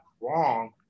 wrong